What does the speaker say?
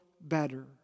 better